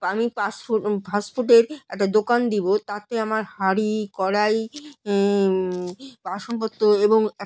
আমি ফাস্টফুড ফাস্টফুডের একটা দোকান দিব তাতে আমার হাঁড়ি কড়াই বাসনপত্র এবং